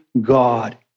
God